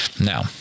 Now